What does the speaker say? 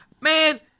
Man